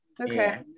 okay